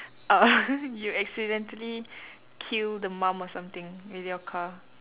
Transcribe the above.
uh you accidentally kill the mum or something with your car